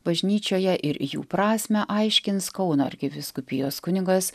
bažnyčioje ir jų prasmę aiškins kauno arkivyskupijos kunigas